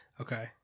okay